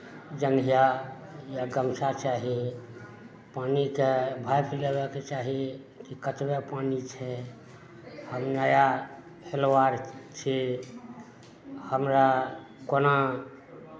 जँघिया या गमछा चाही पानिके भापि लेबाक चाही की केतना पानि छै आओर नया हेलबार छी हमरा कोना